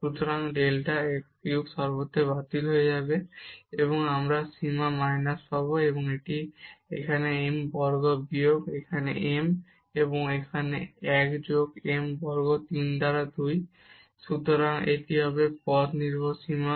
সুতরাং delta x cube সর্বত্র বাতিল হয়ে যাবে এবং আমরা সীমা মাইনাস পাব এটি এখানে m বর্গ বিয়োগ এখানে m এবং এখানে 1 যোগ m বর্গ 3 দ্বারা 2 সুতরাং এটি হবে পথ নির্ভর সীমা